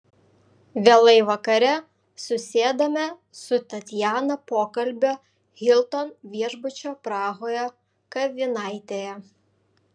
vėlai vakare susėdame su tatjana pokalbio hilton viešbučio prahoje kavinaitėje